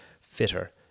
Fitter